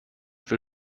für